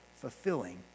fulfilling